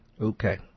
Okay